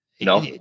no